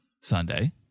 Sunday